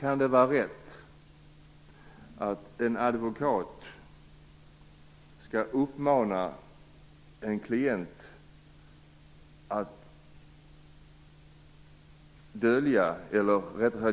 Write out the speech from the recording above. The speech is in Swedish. Kan det vara rätt att en advokat uppmanar en klient att